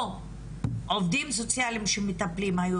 או עובדים סוציאליים שמטפלים היו